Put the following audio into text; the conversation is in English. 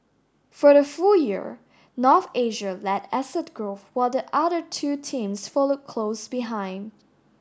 for the full year North Asia led asset growth while the other two teams followed close behind